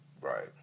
right